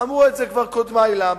אמרו כבר קודמי למה.